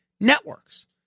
networks